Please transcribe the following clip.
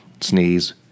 sneeze